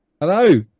Hello